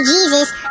Jesus